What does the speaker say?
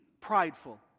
prideful